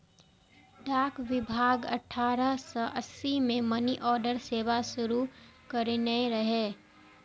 डाक विभाग अठारह सय अस्सी मे मनीऑर्डर सेवा शुरू कयने रहै